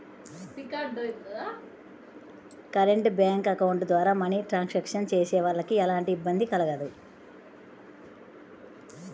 current bank account ద్వారా money transactions చేసేవాళ్ళకి ఎలాంటి ఇబ్బంది కలగదు